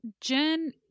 Jen